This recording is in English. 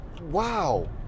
wow